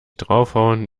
draufhauen